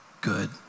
good